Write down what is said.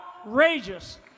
outrageous